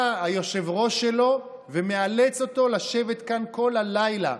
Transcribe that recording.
בא היושב-ראש שלו ומאלץ אותו לשבת כאן כל הלילה.